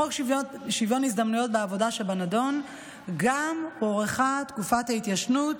גם בחוק שוויון הזדמנויות בעבודה שבנדון הוארכה תקופת ההתיישנות.